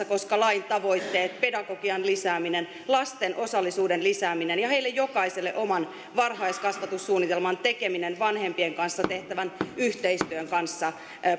koska lain tavoitteet pedagogian lisääminen lasten osallisuuden lisääminen ja oman varhaiskasvatussuunnitelman tekeminen heille jokaiselle vanhempien kanssa tehtävän yhteistyön kanssa